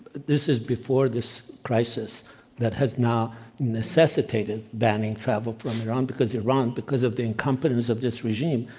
this is before this crisis that has now necessitated banning travel from iran because iran, because of the incompetence of this regime,